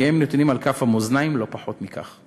וחייהם נתונים על כף המאזניים, לא פחות מכך.